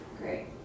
Great